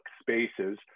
spaces